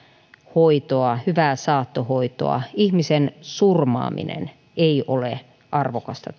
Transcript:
hoitoa hyvää saattohoitoa ihmisen surmaaminen ei ole arvokasta